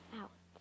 out